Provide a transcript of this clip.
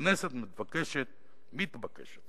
הכנסת מתבקשת